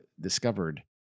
discovered